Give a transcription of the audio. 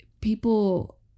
People